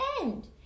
end